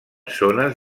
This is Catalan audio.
zones